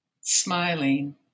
smiling